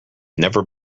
never